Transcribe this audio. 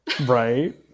Right